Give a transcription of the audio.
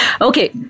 Okay